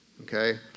okay